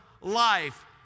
life